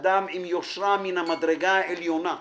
אדם עם יושרה מן המדרגה העליונה.